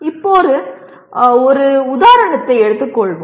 இப்போது ஒரு உதாரணத்தை எடுத்துக் கொள்வோம்